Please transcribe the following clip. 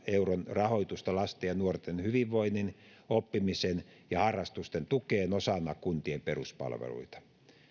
rahoitusta lasten ja nuorten hyvinvoinnin oppimisen ja harrastusten tukeen osana kuntien peruspalveluita